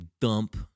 dump